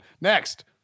Next